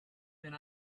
been